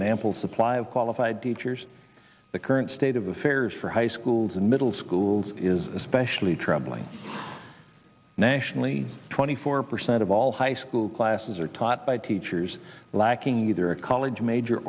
and ample supply of qualified teachers the current state of affairs for high schools and middle schools is especially troubling nationally twenty four percent of all high school classes are taught by teachers lacking either a college major